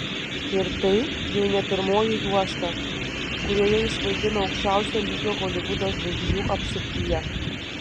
ir tai jau ne pirmoji juosta kurioje jis vaidino aukščiausio lygio holivudo žvaigždžių apsuptyje